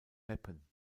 meppen